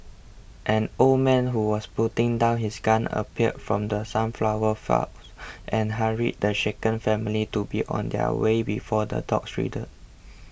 an old man who was putting down his gun appeared from the sunflower and hurried the shaken family to be on their way before the dogs return